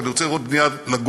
אני רוצה לראות בנייה לגובה,